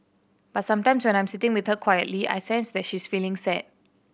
but sometimes when I am sitting with her quietly I sense that she is feeling sad